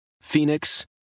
Phoenix